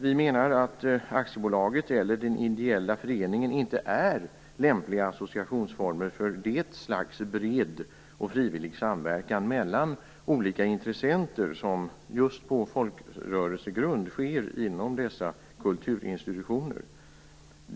Vi menar att aktiebolaget eller den ideella föreningen inte är lämpliga associationsformer för det slags bred och frivillig samverkan mellan olika intressenter som - på folkrörelsegrund - sker inom dessa kulturinstitutioner.